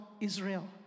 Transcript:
Israel